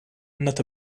not